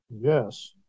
Yes